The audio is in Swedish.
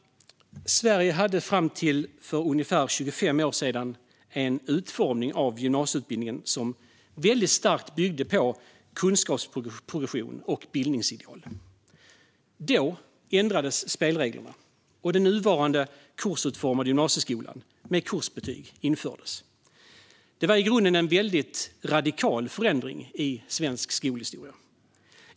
Sverige hade fram till för ungefär 25 år sedan en utformning av gymnasieutbildningen som mycket starkt byggde på kunskapsprogression och bildningsideal. Då ändrades spelreglerna, och den nuvarande kursutformade gymnasieskolan med kursbetyg infördes. Det var i grunden en mycket radikal förändring i svensk skolhistoria.